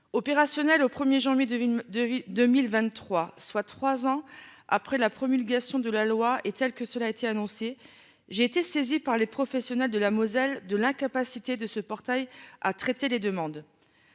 Opérationnel au 1er janvier 2002 2023 soit 3 ans après la promulgation de la loi est telle que cela a été annoncé. J'ai été saisi par les professionnels de la Moselle de l'incapacité de ce portail à traiter les demandes.